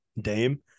Dame